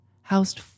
housed